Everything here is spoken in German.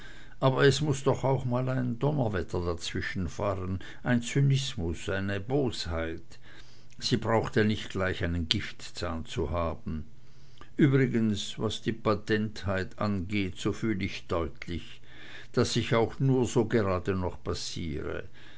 aber es muß doch auch mal ein donnerwetter dazwischenfahren ein zynismus eine bosheit sie braucht ja nicht gleich einen giftzahn zu haben übrigens was die patentheit angeht so fühl ich deutlich daß ich auch nur so gerade noch passiere